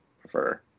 prefer